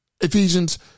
Ephesians